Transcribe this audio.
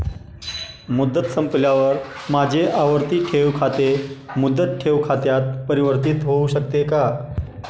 मुदत संपल्यावर माझे आवर्ती ठेव खाते मुदत ठेव खात्यात परिवर्तीत होऊ शकते का?